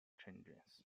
changes